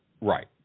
Right